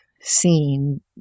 Seen